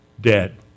dead